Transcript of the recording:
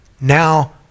now